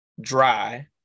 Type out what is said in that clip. dry